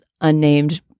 unnamed